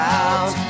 out